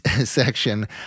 section